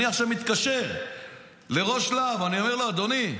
אני עכשיו מתקשר לראש להב ואני אומר לו: אדוני,